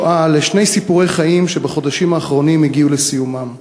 "שואה" לשני סיפורי חיים שבחודשים האחרונים הגיעו לסיומם.